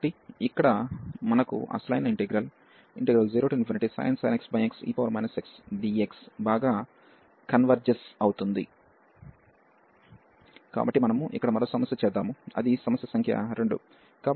కాబట్టి మనకు ఇక్కడ అసలైన integral 0sin x xe x dx బాగా కన్వర్జెన్స్ అవుతుంది కాబట్టి మనము ఇక్కడ మరో సమస్య చేద్దాము అది సమస్య సంఖ్య 2